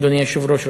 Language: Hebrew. אדוני היושב-ראש,